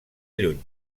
lluny